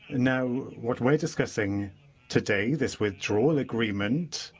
now, what we're discussing today, this withdrawal agreement,